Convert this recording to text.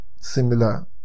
Similar